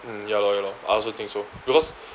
mm ya lor ya lor I also think so because